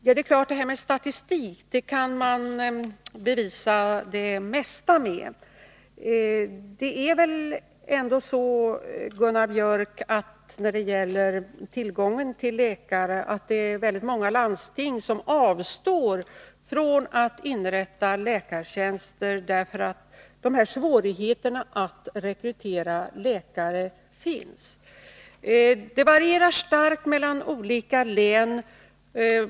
Herr talman! Med statistik kan man bevisa det mesta. Men det är väl ändå så, Gunnar Biörck i Värmdö, när det gäller tillgången till läkare att det är väldigt många landsting som avstår från att inrätta läkartjänster, därför att svårigheterna att rekrytera läkare finns. Det varierar starkt mellan olika län.